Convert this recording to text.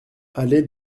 allée